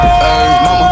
Mama